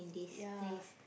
ya